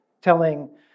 telling